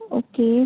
okay